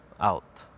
out